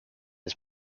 its